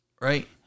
right